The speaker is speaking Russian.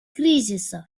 кризисов